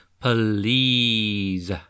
Please